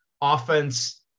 offense